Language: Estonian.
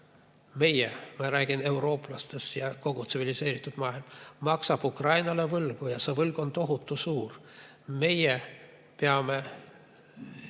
Meie – ma räägin eurooplastest, kogu tsiviliseeritud maailm maksab Ukrainale võlga ja see võlg on tohutu suur. Meie panus